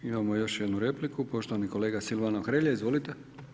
Imamo još jednu repliku, poštovani kolega Silvano Hrelja, izvolite.